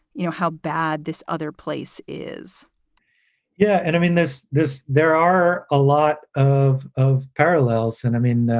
you know, how bad this other place is yeah. and i mean, this this there are a lot of of parallels. and i mean,